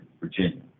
Virginia